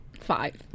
Five